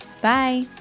Bye